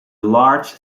large